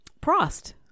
Prost